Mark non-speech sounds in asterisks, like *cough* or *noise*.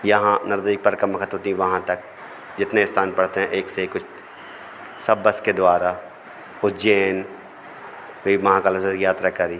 यहाँ *unintelligible* होती वहाँ तक जितने स्थान पड़ते हैं एक से एक कुछ सब बस के द्वारा उज्जैन *unintelligible* महाकालेश्वर यात्रा कारी